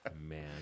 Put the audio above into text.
Man